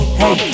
hey